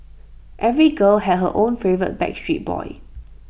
every girl had her own favourite backstreet Boy